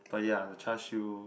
but yeah the Char-Siew